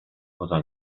poza